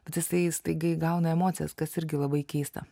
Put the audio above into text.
bet jisai staiga įgauna emocijas kas irgi labai keista